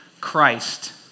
Christ